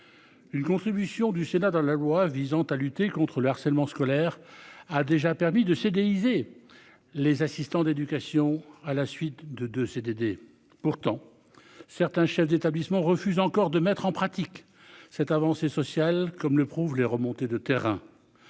Une contribution du Sénat dans la loi visant à lutter contre le harcèlement scolaire a déjà permis de ces. Les assistants d'éducation à la suite de de CDD. Pourtant certains chefs d'établissement refuse encore de mettre en pratique cette avancée sociale comme le prouvent les remontées de terrain.